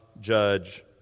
judge